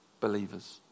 believers